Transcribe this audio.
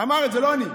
אמר את זה, לא אני.